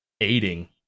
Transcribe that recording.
aiding